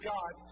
God